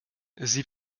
sie